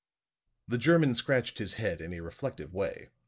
the german scratched his head in a reflective way.